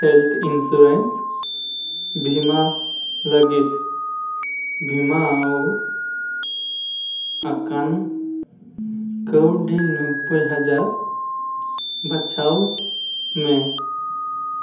health insurance ᱵᱷᱤᱢᱟ ᱞᱟᱹᱜᱤᱫ ᱵᱷᱤᱢᱟᱣ ᱟᱠᱟᱱ ᱠᱟᱹᱣᱰᱤ ᱱᱚᱵᱵᱚᱭ ᱦᱟᱡᱟᱨ ᱵᱟᱪᱷᱟᱣ ᱢᱮ